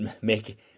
make